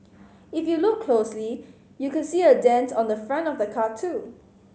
if you look closely you could see a dent on the front of the car too